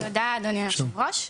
תודה אדוני היו"ר.